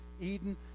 Eden